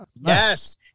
yes